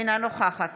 אינה נוכחת